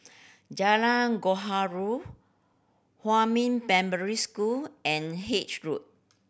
Jalan Huamin Primary School and Haig Road